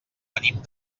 venim